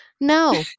No